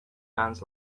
fans